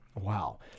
Wow